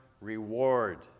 reward